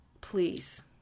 please